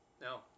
No